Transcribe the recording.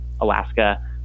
Alaska